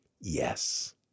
Yes